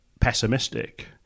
pessimistic